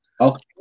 Okay